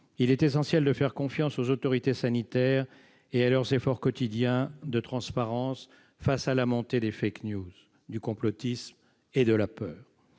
il est essentiel de faire confiance aux autorités sanitaires et à leurs efforts quotidiens de transparence devant la marée des, du complotisme et de la peur.